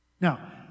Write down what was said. Now